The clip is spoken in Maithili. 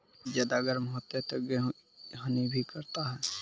ज्यादा गर्म होते ता गेहूँ हनी भी करता है?